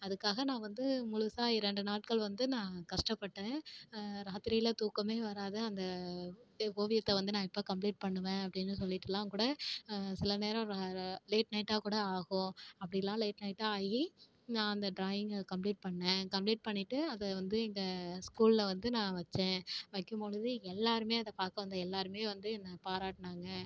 அதுக்காக நான் வந்து முழுசா இரண்டு நாட்கள் வந்து நான் கஷ்டப்பட்டேன் ராத்திரியில் தூக்கமே வராது அந்த இது ஓவியத்தை வந்து நான் எப்போ கம்ப்ளீட் பண்ணுவேன் அப்படின்னு சொல்லிட்டுலாம் கூட சில நேரம் லேட் நைட்டாக கூட ஆகும் அப்படிலாம் லேட் நைட்டாக ஆகி நான் அந்த ட்ராயிங்கை கம்ப்ளீட் பண்ணிணேன் கம்ப்ளீட் பண்ணிட்டு அதை வந்து எங்க ஸ்கூலில் வந்து நான் வெச்சேன் வைக்கும் பொழுது எல்லோருமே அதை பார்க்க வந்த எல்லோருமே வந்து என்ன பாராட்டுனாங்க